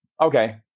okay